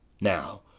Now